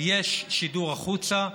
יש שידור החוצה,